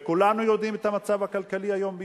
וכולנו יודעים את המצב הכלכלי היום בישראל,